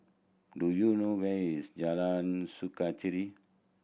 do you know where is Jalan Sukachita